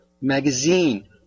magazine